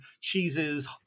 cheeses